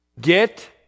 Get